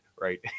right